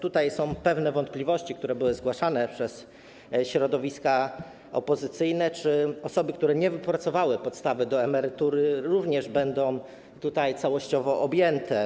Tutaj są pewne wątpliwości, które były zgłaszane przez środowiska opozycyjne, czy osoby, które nie wypracowały podstawy do emerytury, również będą tym całościowo objęte.